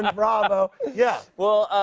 and bravo. yeah. well,